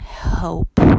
help